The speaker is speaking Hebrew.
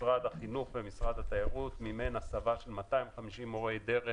משרד החינוך ומשרד התיירות מימנו הסבה של 250 מורי דרך,